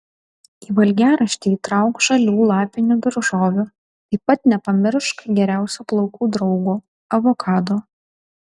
į valgiaraštį įtrauk žalių lapinių daržovių taip pat nepamiršk geriausio plaukų draugo avokado